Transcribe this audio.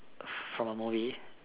from a movie